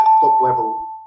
top-level